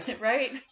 Right